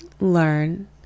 learn